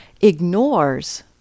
ignores